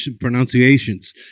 pronunciations